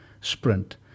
sprint